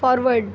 forward